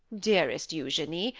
dearest eugenie,